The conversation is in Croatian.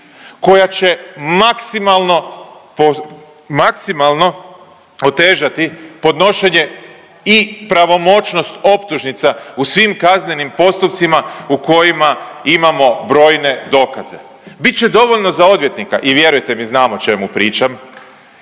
maksimalno otežati podnošenje i pravomoćnost optužnica u svim kaznenim postupcima u kojima imamo brojne dokaze. Bit će dovoljno za odvjetnika i vjerujte mi, znam o čemu pričam,